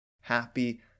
happy